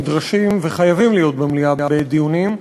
נדרשים וחייבים להיות במליאה בעת דיונים,